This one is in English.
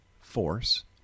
force